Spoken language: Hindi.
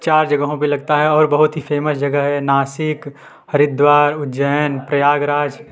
चार जगहों पर लगता है और बहुत ही फेमस जगह है नासिक हरिद्वार उज्जैन प्रयागराज